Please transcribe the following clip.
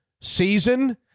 season